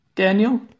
Daniel